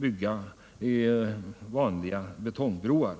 bygga vanliga betongbroar.